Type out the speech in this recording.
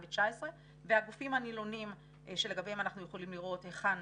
2019 והגופים הנלונים - לגביהם אנחנו יכולים לראות היכן